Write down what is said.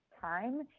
time